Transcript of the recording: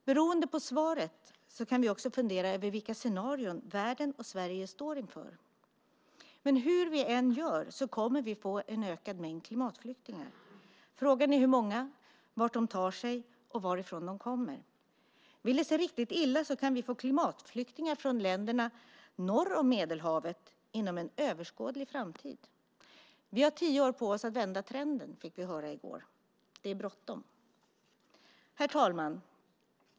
Beroende på svaret kan vi också fundera över vilka scenarier världen och Sverige står inför. Men hur vi än gör kommer vi att få en ökad mängd klimatflyktingar. Frågan är hur många, vart de tar sig och varifrån de kommer. Vill det sig riktigt illa kan vi få klimatflyktingar från länderna norr om Medelhavet inom en överskådlig framtid. Vi har tio år på oss att vända trenden, fick vi höra i går. Det är bråttom. Herr talman!